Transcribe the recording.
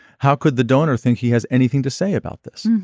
how could the donor think he has anything to say about this.